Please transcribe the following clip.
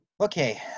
Okay